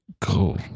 cool